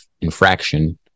infraction